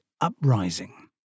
Uprising